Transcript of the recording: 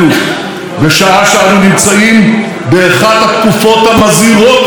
בשעה שאנו נמצאים באחת התקופות המזהירות בתולדותינו.